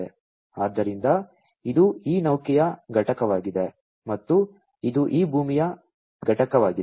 ಆದ್ದರಿಂದ ಇದು ಈ ನೌಕೆಯ ಘಟಕವಾಗಿದೆ ಮತ್ತು ಇದು ಈ ಭೂಮಿ ಘಟಕವಾಗಿದೆ